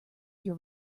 your